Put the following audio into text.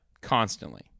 constantly